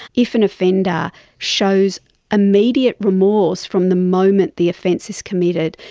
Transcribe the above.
if an offender shows immediate remorse from the moment the offence is committed,